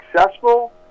successful